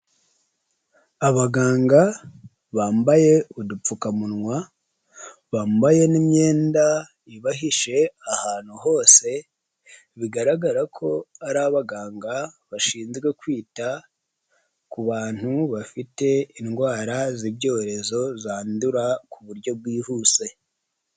Abaganga bambaye udupfukamunwa bambaye n'imyenda ibahishe ahantu hose, bigaragara ko ari abaganga bashinzwe kwita ku bantu bafite indwara z'ibyorezo zandura ku buryo bwihuse.